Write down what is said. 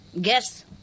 guess